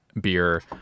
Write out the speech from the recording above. beer